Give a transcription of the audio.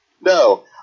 No